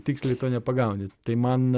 tiksliai to nepagauni tai man